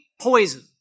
poison